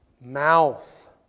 mouth